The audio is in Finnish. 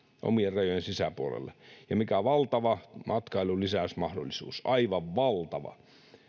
omien rajojen sisäpuolella ja mikä valtava matkailun lisäysmahdollisuus aivan valtava